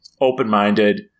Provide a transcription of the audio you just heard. open-minded